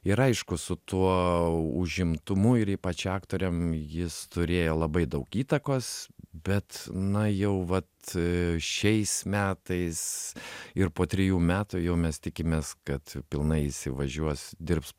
ir aišku su tuo užimtumu ir ypač aktoriam jis turėjo labai daug įtakos bet na jau vat šiais metais ir po trejų metų jau mes tikimės kad pilnai įsivažiuos dirbs